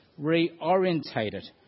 reorientated